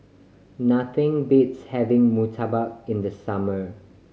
nothing beats having murtabak in the summer